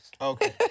Okay